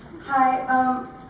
Hi